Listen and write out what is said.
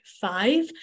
five